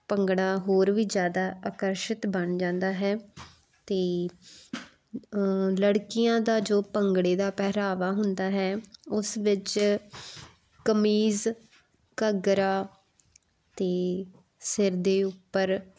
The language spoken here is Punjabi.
ਭੰਗੜਾ ਹੋਰ ਵੀ ਜ਼ਿਆਦਾ ਆਕਰਸ਼ਿਤ ਬਣ ਜਾਂਦਾ ਹੈ ਅਤੇ ਲੜਕੀਆਂ ਦਾ ਜੋ ਭੰਗੜੇ ਦਾ ਪਹਿਰਾਵਾ ਹੁੰਦਾ ਹੈ ਉਸ ਵਿੱਚ ਕਮੀਜ਼ ਘੱਗਰਾ ਅਤੇ ਸਿਰ ਦੇ ਉੱਪਰ